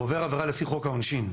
והוא עובר עבירה לפי חוק העונשין.